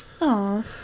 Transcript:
Aw